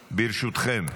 ברשותכם,